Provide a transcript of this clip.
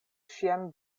ŝian